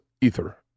ether